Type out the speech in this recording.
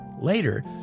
Later